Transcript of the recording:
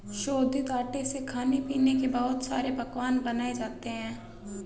शोधित आटे से खाने पीने के बहुत सारे पकवान बनाये जाते है